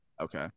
Okay